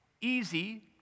easy